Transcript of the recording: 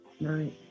Right